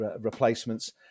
replacements